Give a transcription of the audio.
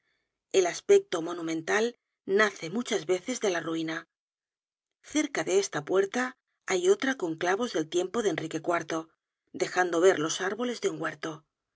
el aspecto monumental nace muchas veces de la ruina cerca de esta puerta hay otra con clavos del tiempo de enrique iv dejando ver los árboles de un huerto